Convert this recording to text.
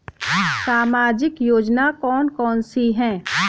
सामाजिक योजना कौन कौन सी हैं?